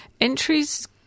Entries